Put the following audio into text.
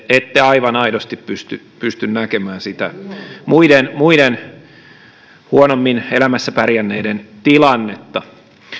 ette aivan aidosti pysty näkemään sitä muiden muiden huonommin elämässä pärjänneiden tilannetta